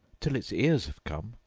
till its ears have come,